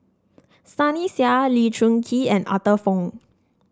Sunny Sia Lee Choon Kee and Arthur Fong